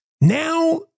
Now